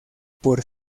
por